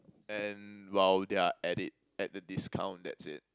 and while they are at it at a discount that's it